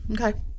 Okay